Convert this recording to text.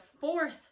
fourth